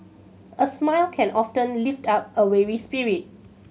a smile can often lift up a weary spirit